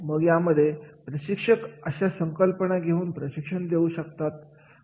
मग यामध्ये प्रशिक्षक अशा संकल्पना घेऊन प्रशिक्षण देऊ शकतात